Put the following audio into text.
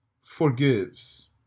forgives